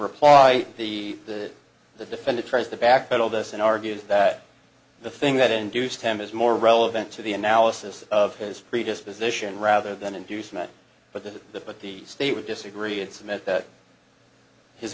reply the that the defendant tries to backpedal this in argues that the thing that induced him is more relevant to the analysis of his predisposition rather than inducement but the but the state would disagree and submit that his